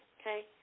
okay